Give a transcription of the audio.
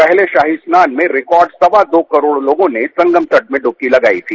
पहले शाही स्नान में रिकार्ड सवा दो करोड़ लोगों ने संगम तट में डुबकी लगाई थी